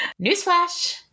Newsflash